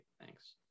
Thanks